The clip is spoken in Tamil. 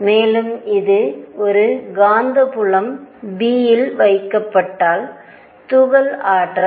மேலும் இது ஒரு காந்தப்புலம் B இல் வைக்கப்பட்டால் துகள் ஆற்றல்